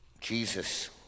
Jesus